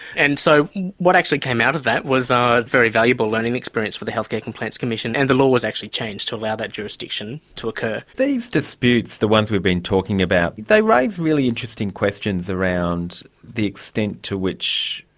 and so what actually came out of that was a very valuable learning experience for the healthcare complaints commission and the law was actually changed to allow that jurisdiction to occur. these disputes the ones we've been talking about they raise really interesting questions questions around the extent to which,